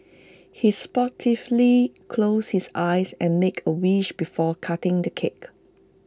he sportively closed his eyes and made A wish before cutting the cake